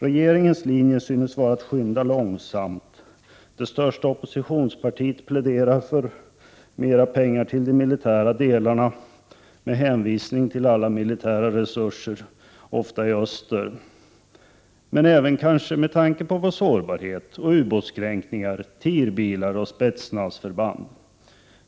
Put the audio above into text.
Regeringens linje synes vara att skynda långsamt. Det största oppositionspartiet pläderar för mera pengar till de militära delarna med hänvisning till alla militära resurser i öster men kanske även med tanke på vår sårbarhet och ubåtskränkningar, TIR-bilar och Spetznasförband.